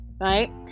Right